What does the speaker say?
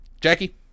jackie